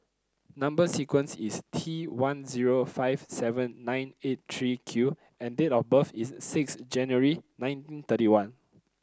number sequence is T one zero five seven nine eight three Q and date of birth is six January nineteen thirty one